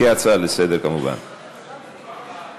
כהצעה לסדר-היום, כמובן.